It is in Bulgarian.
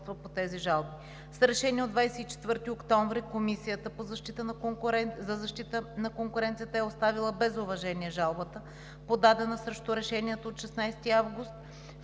С Решение от 24 октомври Комисията за защита на конкуренцията е оставила без уважение жалбата, подадена срещу решението от 16 август,